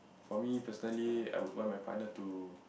for me personally I would want my partner to